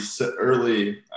early